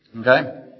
Okay